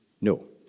No